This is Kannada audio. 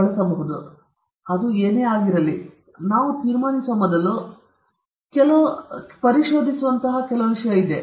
ಆದರೆ ಅದು ಏನೇ ಆಗಲಿ ನಾವು ತೀರ್ಮಾನಿಸುವ ಮೊದಲು ನಾವು ಪರಿಶೋಧಿಸುವಂತಹ ಕೆಲವು ಸಂಶೋಧನೆಗಳು ಇವೆ